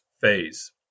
phase